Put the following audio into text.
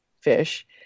fish